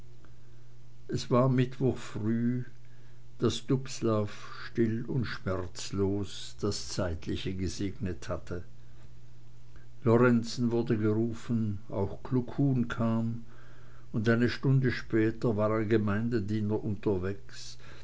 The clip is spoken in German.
es war mittwoch früh daß dubslav still und schmerzlos das zeitliche gesegnet hatte lorenzen wurde gerufen auch kluckhuhn kam und eine stunde später war ein gemeindediener unterwegs